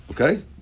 Okay